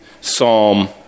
Psalm